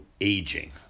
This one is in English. aging